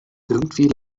irgendwie